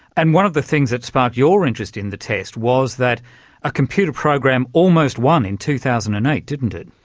and one of the things that sparked your interest in the test was that a computer computer program almost won in two thousand and eight didn't it?